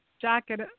Jacket